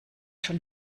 schon